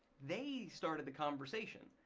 they started the conversation.